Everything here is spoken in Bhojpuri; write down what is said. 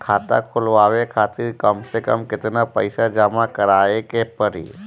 खाता खुलवाये खातिर कम से कम केतना पईसा जमा काराये के पड़ी?